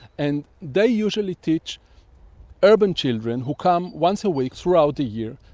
and they usually teach urban children who come once a week throughout the year,